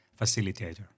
facilitator